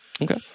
Okay